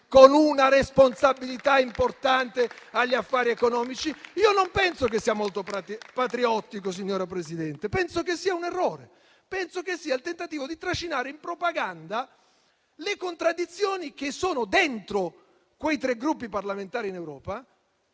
con una responsabilità importante agli affari economici. Io non penso che sia molto patriottico, signora Presidente; penso che sia un errore, penso che sia il tentativo di trascinare, facendo propaganda, le contraddizioni che sono dentro quei tre Gruppi parlamentari in Europa,